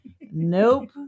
nope